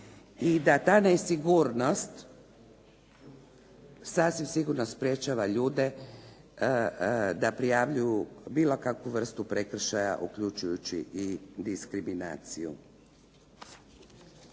i da ta nesigurnost sasvim sigurno sprječava ljude da prijavljuju bilo kakvu vrstu prekršaja, uključujući i diskriminaciju.